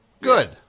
Good